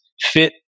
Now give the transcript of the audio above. fit